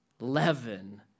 leaven